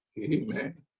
amen